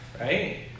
right